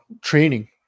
training